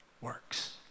works